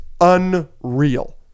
unreal